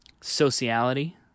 sociality